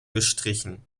gestrichen